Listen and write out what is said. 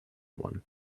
one